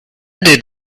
did